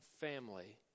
family